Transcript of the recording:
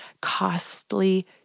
costly